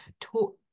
talk